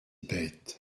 bête